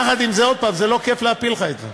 יחד עם זאת, עוד הפעם, זה לא כיף להפיל לך את זה.